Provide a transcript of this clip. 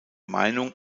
meinung